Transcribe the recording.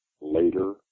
later